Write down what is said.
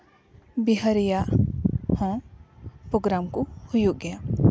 ᱵᱤᱦᱟᱨᱤᱭᱟᱜ ᱦᱚᱸ ᱯᱨᱚᱜᱨᱟᱢ ᱠᱚ ᱦᱩᱭᱩᱜ ᱜᱮᱭᱟ